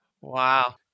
Wow